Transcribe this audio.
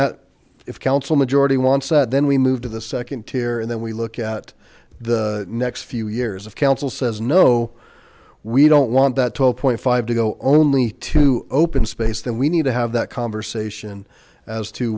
that if council majority wants that then we move to the second tier and then we look at the next few years of council says no we don't want that told point five to go only to open space then we need to have that conversation as to